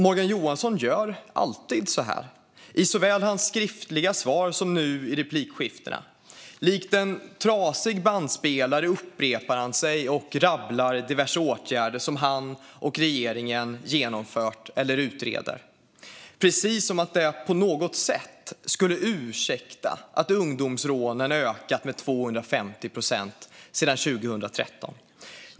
Morgan Johansson gör alltid så här såväl i sina skriftliga svar som i dessa inlägg. Likt en trasig bandspelare upprepar han sig och rabblar diverse åtgärder som han och regeringen genomfört eller utreder. Precis som om det på något sätt skulle ursäkta att ungdomsrånen ökat med 250 procent sedan 2013.